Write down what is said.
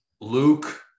Luke